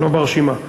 לא ברשימה.